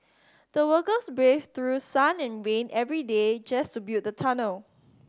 the workers braved through sun and rain every day just to build the tunnel